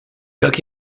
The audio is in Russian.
как